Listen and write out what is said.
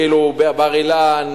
כאילו בר-אילן,